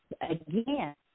again